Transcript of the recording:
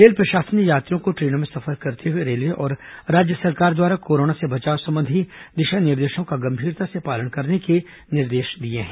rail प्रशासन ने यात्रियों को ट्रेनों में सफर करते हुए रेलवे और राज्य सरकार द्वारा कोरोना से बचाव संबंधी दिशा निर्देशों का गंभीरता से पालन करने के निर्देश दिए हैं